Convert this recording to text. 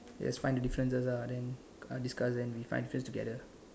yes find the differences ah then uh discuss then we find first together